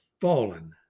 fallen